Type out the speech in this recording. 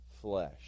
flesh